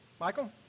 Michael